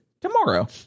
Tomorrow